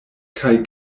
kaj